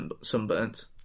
sunburnt